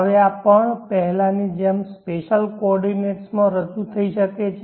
હવે આ પણ પહેલાંની જેમ સ્પેશલ કોઓર્ડિનેટ્સમાં રજૂ થઈ શકે છે